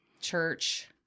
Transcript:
Church